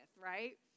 right